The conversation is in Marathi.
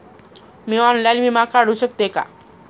मी ऑनलाइन विमा काढू शकते का?